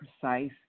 precise